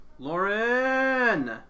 Lauren